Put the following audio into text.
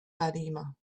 fatima